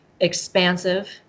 expansive